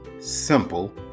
Simple